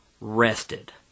rested